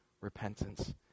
repentance